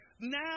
now